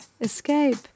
Escape